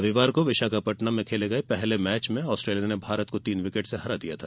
रविवार को विशाखापत्तनम में खेले गए पहले मैच आस्ट्रेलिया ने भारत को तीन विकेट से हरा दिया था